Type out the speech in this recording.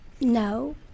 No